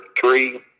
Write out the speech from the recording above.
three